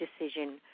decision